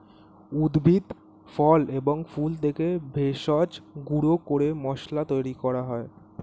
উদ্ভিদ, ফল এবং ফুল থেকে ভেষজ গুঁড়ো করে মশলা তৈরি করা হয়